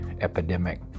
epidemic